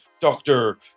doctor